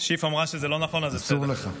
שיף אמרה שזה לא נכון, אז זה בסדר.